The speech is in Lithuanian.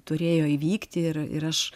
turėjo įvykti ir ir aš